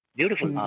Beautiful